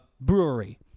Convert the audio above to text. brewery